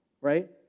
right